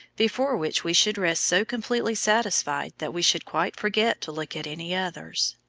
before which we should rest so completely satisfied that we should quite forget to look at any others.